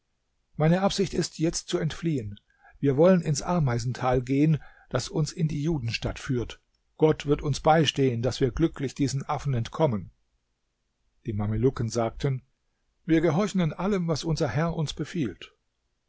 meine absicht ist jetzt zu entfliehen wir wollen ins ameisental geben das uns in die judenstadt führt gott wird uns beistehen daß wir glücklich diesen affen entkommen die mamelucken sagten wir gehorchen in allem was unser herr uns befiehlt